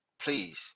Please